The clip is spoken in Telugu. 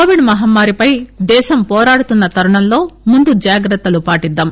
కోవిడ్ మహమ్మారిపై దేశం పోరాడుతున్న తరుణంలో ముందు జాగ్రత్తలను పాటిద్దాం